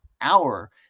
hour